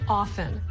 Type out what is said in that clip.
often